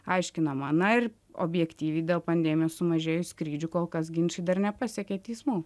aiškinama na ir objektyviai dėl pandemijos sumažėjus skrydžių kol kas ginčai dar nepasiekė teismų